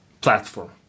platform